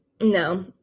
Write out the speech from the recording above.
No